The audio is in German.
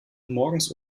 morgens